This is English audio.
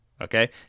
Okay